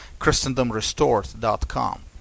christendomrestored.com